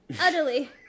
Utterly